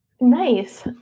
Nice